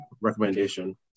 recommendation